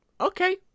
okay